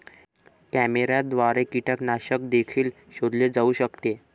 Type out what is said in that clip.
कॅमेऱ्याद्वारे कीटकनाशक देखील शोधले जाऊ शकते